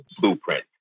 blueprint